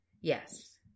Yes